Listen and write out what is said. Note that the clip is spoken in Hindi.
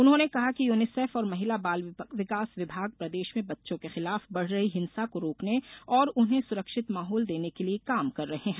उन्होंने कहा कि यूनिसेफ और महिला बाल विकास विभाग प्रदेश में बच्चों के खिलाफ बढ़ रही हिंसा को रोकने और उन्हें सुरक्षित माहौल देने के लिए काम कर रहे हैं